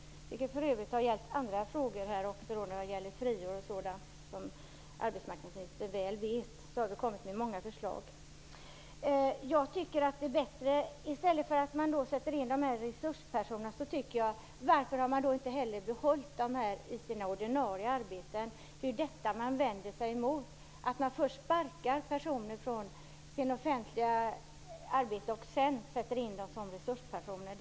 Så har för övrigt varit fallet också i andra frågor, t.ex. i frågan om friår. Som arbetsmarknadsministern väl vet har vi lagt fram många förslag. Jag tycker att man i stället för att sätta in resurspersoner bör behålla dem i deras ordinarie arbeten. Vi vänder oss mot att man först sparkar offentliganställda personer och sedan sätter in dem som resurspersoner.